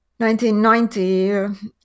1990